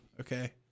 Okay